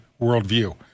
worldview